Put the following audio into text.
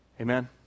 Amen